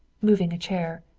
moving a chair.